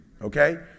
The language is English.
Okay